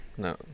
No